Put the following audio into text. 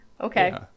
Okay